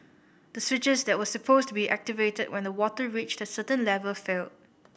the switches that were supposed to be activated when the water reached a certain level failed